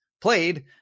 played